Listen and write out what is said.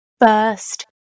first